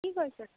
কি কৰিছ